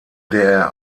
der